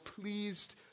pleased